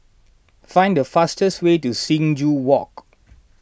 find the fastest way to Sing Joo Walk